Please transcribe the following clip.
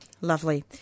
Lovely